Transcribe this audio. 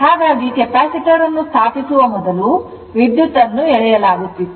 ಹಾಗಾಗಿ capacitor ಅನ್ನು ಸ್ಥಾಪಿಸುವ ಮೊದಲು ವಿದ್ಯುತ್ತನ್ನು ಎಳೆಯಲಾಗುತ್ತಿತ್ತು